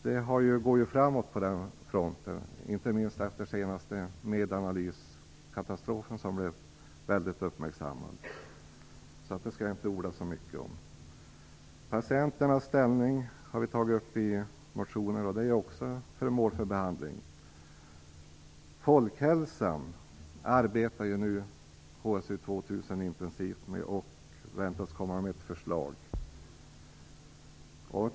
Det går framåt på den fronten, inte minst efter Medanalyskatastrofen som blev mycket uppmärksammad. Jag skall därför inte orda mer om det. Patienternas ställning har vi tagit upp i motioner. Den frågan är också föremål för behandling. HSU 2000 arbetar intensivt med folkhälsan nu och väntas komma med ett förslag.